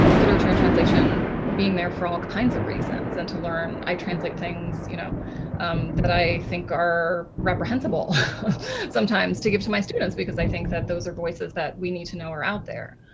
literature and translation being there for all kinds of reasons and to learn i translate things you know that i think are reprehensible sometimes to give to my students because i think that those are voices that we need to know are out there.